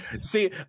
see